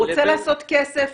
הוא רוצה לעשות כסף,